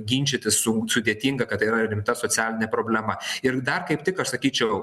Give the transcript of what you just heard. ginčytis su sudėtinga kad tai yra rimta socialinė problema ir dar kaip tik aš sakyčiau